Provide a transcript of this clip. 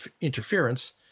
interference